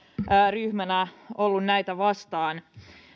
ryhmänä ollut näitä vastaan